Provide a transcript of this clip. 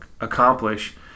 accomplish